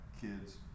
kids